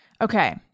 Okay